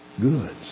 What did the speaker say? goods